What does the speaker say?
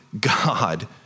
God